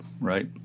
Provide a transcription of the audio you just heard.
right